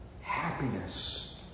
happiness